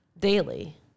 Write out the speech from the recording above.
daily